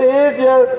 Savior